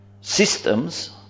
systems